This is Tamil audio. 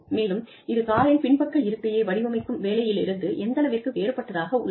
மேலும் இது காரின் பின்பக்க இருக்கையை வடிவமைக்கும் வேலையிலிருந்து எந்தளவிற்கு வேறுபட்டதாக உள்ளன